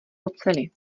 oceli